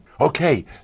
Okay